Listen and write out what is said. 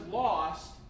lost